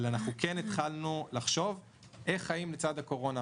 אבל אנחנו כן התחלנו לחשוב איך חיים לצד הקורונה.